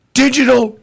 Digital